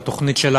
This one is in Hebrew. בתוכנית שלה,